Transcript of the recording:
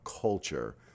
culture